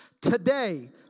today